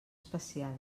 especial